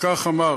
וכך אמר: